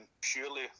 purely